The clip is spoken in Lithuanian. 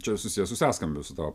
čia ir susiję su sąskambiu su tavo